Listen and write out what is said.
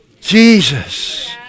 Jesus